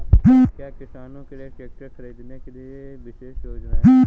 क्या किसानों के लिए ट्रैक्टर खरीदने के लिए विशेष योजनाएं हैं?